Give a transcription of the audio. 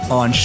on